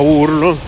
urlo